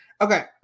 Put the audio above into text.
Okay